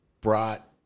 brought